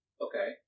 Okay